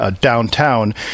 downtown